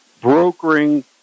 brokering